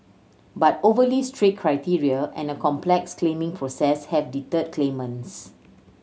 but overly strict criteria and a complex claiming process have deterred claimants